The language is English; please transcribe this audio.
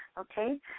Okay